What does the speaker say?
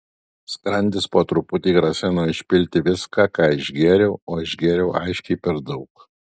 skrandis po truputį grasino išpilti viską ką išgėriau o išgėriau aiškiai per daug